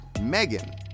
Megan